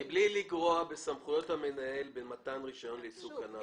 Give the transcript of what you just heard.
"מבלי לגרוע מסמכויות המנהל במתן רישיון ליצוא קנאביס".